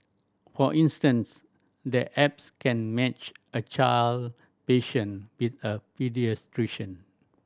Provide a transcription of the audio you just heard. for instance the apps can match a child patient with a paediatrician